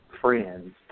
friends